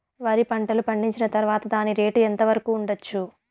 వరి పంటలు పండించిన తర్వాత దాని రేటు ఎంత వరకు ఉండచ్చు